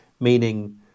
Meaning